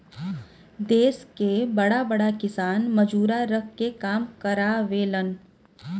देस के बड़ा बड़ा किसान मजूरा रख के काम करावेलन